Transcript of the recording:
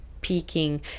peaking